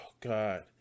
God